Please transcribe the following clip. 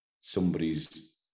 somebody's